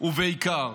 ובעיקר,